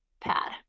pad